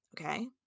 okay